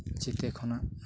ᱡᱚᱛᱚ ᱠᱷᱚᱱᱟᱜ